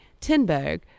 Tinberg